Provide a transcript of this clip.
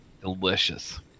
Delicious